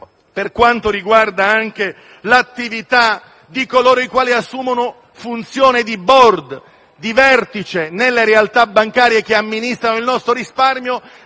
per quanto riguarda l'attività di coloro i quali assumono funzione di *board* e di vertice nelle realtà bancarie che amministrano il nostro risparmio,